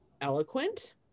eloquent